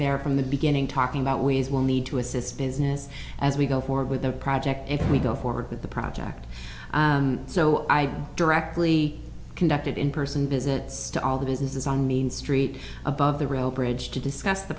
there from the beginning talking about ways will need to assist business as we go forward with the project if we go forward with the project so i directly conducted in person visits to all the businesses on main street above the rail bridge to discuss the